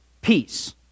peace